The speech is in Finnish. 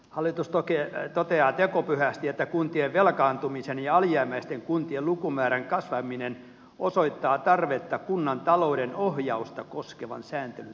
hallitus toteaa tekopyhästi että kuntien velkaantumisen ja alijäämäisten kuntien lukumäärän kasvaminen osoittaa tarvetta kunnan talouden ohjausta koskevan sääntelyn tehostamiseen